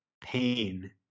pain